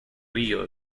río